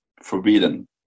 forbidden